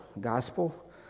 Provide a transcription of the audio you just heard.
gospel